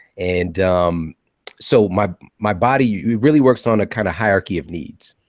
and um so my my body really works on a kind of hierarchy of needs,